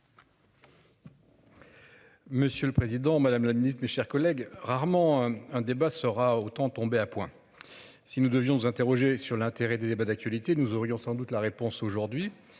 Monsieur le président, madame la mes chers collègues. Rarement un débat sera autant tomber à point. Si nous devions nous interroger sur l'intérêt des débats d'actualité. Nous aurions sans doute la réponse aujourd'hui.